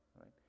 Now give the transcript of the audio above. right